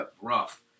rough